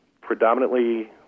predominantly